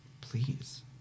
please